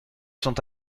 sont